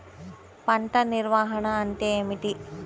పంట నిర్వాహణ అంటే ఏమిటి?